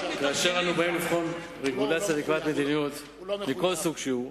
כאשר אנו באים לבחון רגולציה לקביעת מדיניות מכל סוג שהוא,